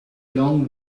long